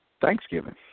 Thanksgiving